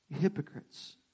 hypocrites